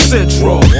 Central